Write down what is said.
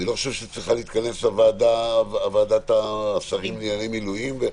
אני לא חושב שצריכה להתכנס ועדת השרים לענייני מילואים,